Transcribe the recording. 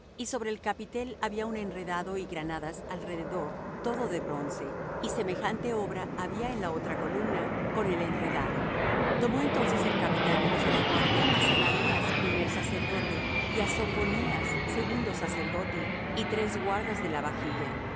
y sobre el capitel había un enredado y granadas alrededor todo de bronce y semejante obra había en la otra columna con el enredado tomó entonces el capitán de los de la guardia á saraías primer sacerdote y á sophonías segundo sacerdote y tres guardas de la vajilla